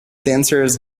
dancers